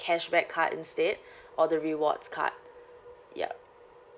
cashback card instead or the rewards card yup